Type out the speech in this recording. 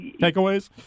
takeaways